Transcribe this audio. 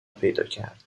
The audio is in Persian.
پیداکرد